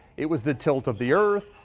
it was the tilt of the earth.